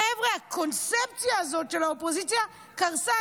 חבר'ה, הקונספציה הזאת של האופוזיציה קרסה.